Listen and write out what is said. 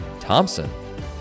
Thompson